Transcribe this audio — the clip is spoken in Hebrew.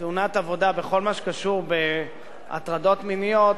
תאונת עבודה בכל מה שקשור להטרדות מיניות